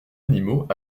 animaux